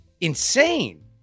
insane